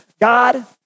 God